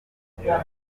bayobozi